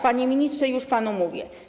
Panie ministrze, już panu mówię.